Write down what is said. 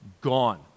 Gone